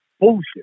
bullshit